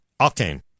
Octane